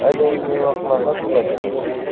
अहिले न्युयोर्कमा कति बजेको छ